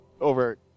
Over